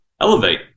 elevate